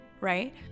right